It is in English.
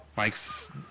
Mike's